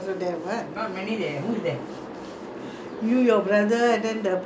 you your brother and then the [one] other your friend panjaamaanikkam